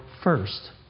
first